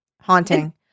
Haunting